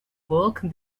work